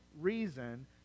reason